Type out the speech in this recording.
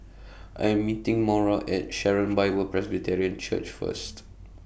I Am meeting Maura At Sharon Bible Presbyterian Church First